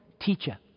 teacher